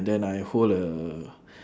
then I hold a